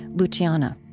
luciana